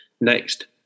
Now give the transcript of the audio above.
Next